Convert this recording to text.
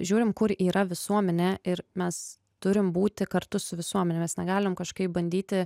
žiūrim kur yra visuomenė ir mes turim būti kartu su visuomene mes negalim kažkaip bandyti